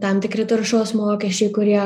tam tikri taršos mokesčiai kurie